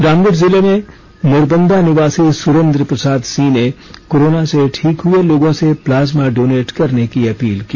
रामगढ़ जिले में मुरुबंदा निवासी सुरेंद्र प्रसाद सिंह ने कोरोना से ठीक हए लोगों से प्लाजमा डोनेट करने की अपील की